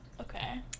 Okay